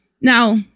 Now